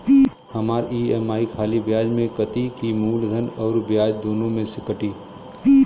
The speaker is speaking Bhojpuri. हमार ई.एम.आई खाली ब्याज में कती की मूलधन अउर ब्याज दोनों में से कटी?